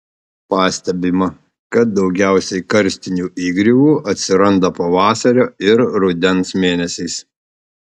pastebima kad daugiausiai karstinių įgriuvų atsiranda pavasario ir rudens mėnesiais